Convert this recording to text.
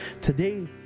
Today